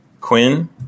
Quinn